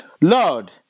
Lord